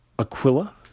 aquila